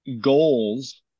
goals